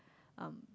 um